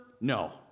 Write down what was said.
No